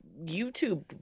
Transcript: YouTube